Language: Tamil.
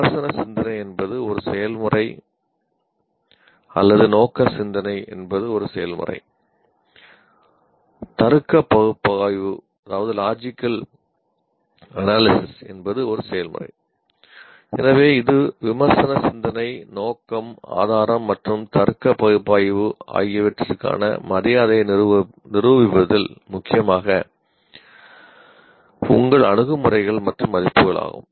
விமர்சன சிந்தனை என்பது ஒரு செயல்முறை அல்லது நோக்க சிந்தனை என்பது ஒரு செயல்முறை தருக்க பகுப்பாய்வு ஆகியவற்றிற்கான மரியாதையை நிரூபிப்பதில் முக்கியமாக உங்கள் அணுகுமுறைகள் மற்றும் மதிப்புகள் ஆகும்